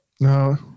No